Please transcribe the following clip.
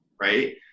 Right